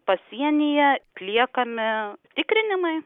pasienyje atliekami tikrinimai